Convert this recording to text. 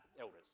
elders